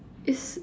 is